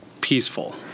peaceful